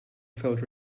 felt